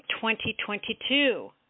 2022